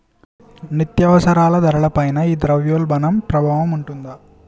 నిత్యావసరాల ధరల పైన ఈ ద్రవ్యోల్బణం ప్రభావం ఉంటాది